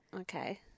Okay